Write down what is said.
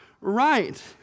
right